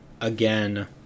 again